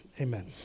amen